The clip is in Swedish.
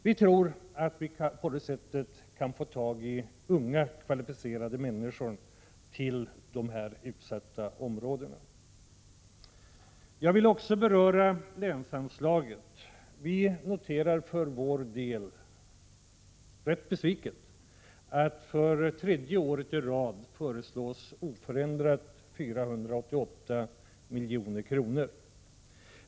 Vi tror att vi på det sättet kan få tag i unga, kvalificerade människor till de här utsatta områdena. Jag vill också beröra länsanslaget. Vi noterar för vår del rätt besviket att där för tredje året i rad föreslås oförändrat 488 milj.kr.